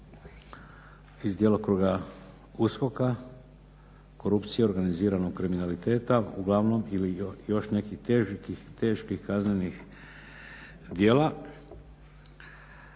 iz djelokruga USKOK-a, korupcije, organiziranoga kriminaliteta, uglavnom ili još nekih teških kaznenih djela.